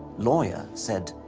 lawyer said,